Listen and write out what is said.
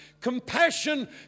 compassion